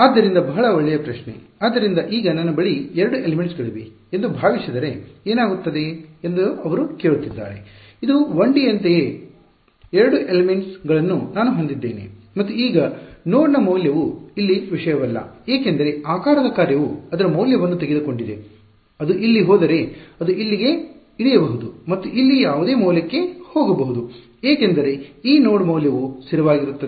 ಆದ್ದರಿಂದ ಬಹಳ ಒಳ್ಳೆಯ ಪ್ರಶ್ನೆ ಆದ್ದರಿಂದ ಈಗ ನನ್ನ ಬಳಿ 2 ಎಲಿಮೆಂಟ್ಸ್ ಗಳಿವೆ ಎಂದು ಭಾವಿಸಿದರೆ ಏನಾಗುತ್ತದೆ ಎಂದು ಅವರು ಕೇಳುತ್ತಿದ್ದಾರೆ ಇದು 1D ಯಂತೆಯೇ 2 ಎಲಿಮೆಂಟ್ಸ್ ಗಳನ್ನು ನಾನು ಹೊಂದಿದ್ದೇನೆ ಮತ್ತು ಈ ನೋಡ ನ ಮೌಲ್ಯವು ಇಲ್ಲಿ ವಿಷಯವಲ್ಲ ಏಕೆಂದರೆ ಆಕಾರದ ಕಾರ್ಯವು ಅದರ ಮೌಲ್ಯವನ್ನು ತೆಗೆದುಕೊಂಡಿದೆ ಅದು ಇಲ್ಲಿಗೆ ಹೋದರೆ ಅದು ಇಲ್ಲಿಗೆ ಇಳಿಯಬಹುದು ಮತ್ತು ಇಲ್ಲಿ ಯಾವುದೇ ಮೌಲ್ಯಕ್ಕೆ ಹೋಗಬಹುದು ಏಕೆಂದರೆ ಈ ನೋಡ್ ಮೌಲ್ಯವು ಸ್ಥಿರವಾಗಿರುತ್ತದೆ